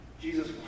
Jesus